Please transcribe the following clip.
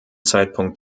zeitpunkt